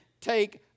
take